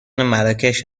مراکش